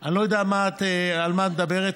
אני לא יודע על מה את מדברת.